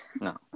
no